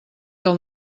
del